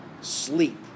sleep